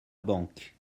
banque